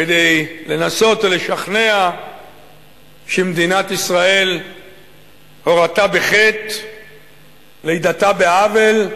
כדי לנסות ולשכנע שמדינת ישראל הורתה בחטא ולידתה בעוול.